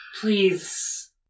please